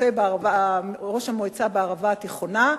ראש המועצה הערבה התיכונה,